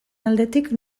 aldetik